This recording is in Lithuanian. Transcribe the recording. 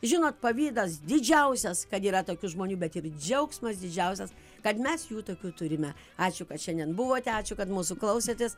žinot pavydas didžiausias kad yra tokių žmonių bet ir džiaugsmas didžiausias kad mes jų tokių turime ačiū kad šiandien buvote ačiū kad mūsų klausėtės